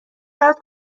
برات